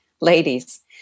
ladies